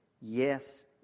Yes